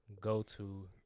go-to